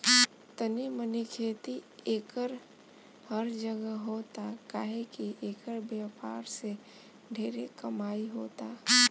तनी मनी खेती एकर हर जगह होता काहे की एकर व्यापार से ढेरे कमाई होता